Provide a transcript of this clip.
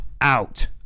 out